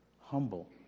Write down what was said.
humble